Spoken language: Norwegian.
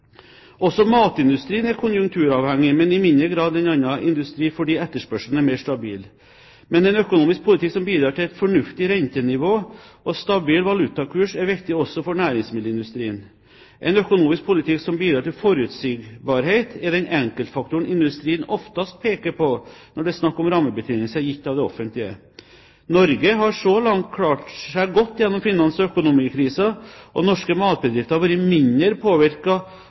Også matindustrien er konjunkturavhengig, men i mindre grad enn annen industri, fordi etterspørselen er mer stabil. Men en økonomisk politikk som bidrar til et fornuftig rentenivå og stabil valutakurs, er viktig også for næringsmiddelindustrien. En økonomisk politikk som bidrar til forutsigbarhet, er den enkeltfaktoren industrien oftest peker på når det er snakk om rammebetingelser gitt av det offentlige. Norge har så langt klart seg godt gjennom finans- og økonomikrisen, og norske matbedrifter har vært mindre